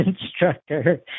Instructor